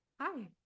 Hi